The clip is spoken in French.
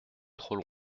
trop